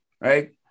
right